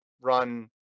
run